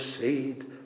seed